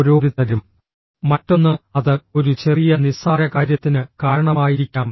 ഓരോരുത്തരും മറ്റൊന്ന് അത് ഒരു ചെറിയ നിസ്സാരകാര്യത്തിന് കാരണമായിരിക്കാം